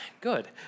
Good